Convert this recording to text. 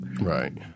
Right